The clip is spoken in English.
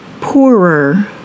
Poorer